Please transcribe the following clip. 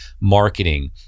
marketing